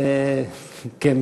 ו-כן,